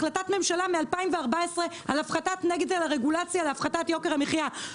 החלטת ממשלה מ-2014 על הפחתת נטל הרגולציה להפחתת יוקר המחיה.